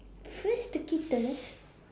first the kittens